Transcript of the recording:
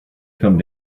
come